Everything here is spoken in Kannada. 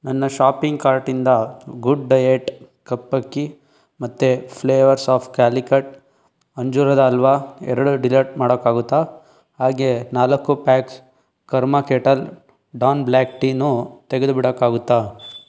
ನನ್ನ ಶಾಪಿಂಗ್ ಕಾರ್ಟಿಂದ ಗುಡ್ ಡಯೆಟ್ ಕಪ್ಪಕ್ಕಿ ಮತ್ತು ಫ್ಲೇವರ್ಸ್ ಆಫ್ ಕ್ಯಾಲಿಕಟ್ ಅಂಜೂರದ ಹಲ್ವ ಎರಡು ಡಿಲಟ್ ಮಾಡಕ್ಕಾಗುತ್ತಾ ಹಾಗೇ ನಾಲ್ಕು packs Karma kettle dawn black ಟೀನು ತೆಗೆದುಬಿಡೋಕ್ಕಾಗುತ್ತಾ